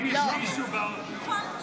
אני כן אמרתי סבב שלישי, זה